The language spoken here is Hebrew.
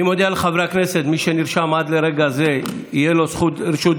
אני מודיע לחברי הכנסת: מי שנרשם עד לרגע זה תהיה לו רשות דיבור.